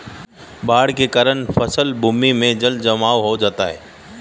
बाढ़ के कारण फसल भूमि में जलजमाव हो जाता है